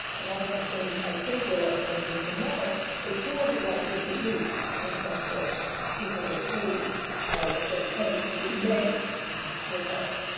and one of the things i think we'll also need to know is who are we likely to lose in terms of people who are at a certain age who may retire,